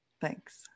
Thanks